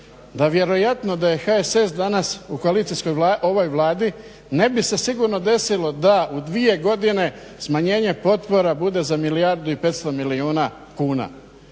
da vjerojatno da je HSS danas u ovoj Vladi ne bi se sigurno desilo da u dvije godine smanjenje potpora bude za milijardu i petsto milijuna kuna.